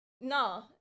no